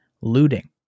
looting